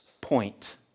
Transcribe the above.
Point